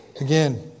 Again